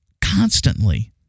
constantly